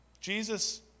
Jesus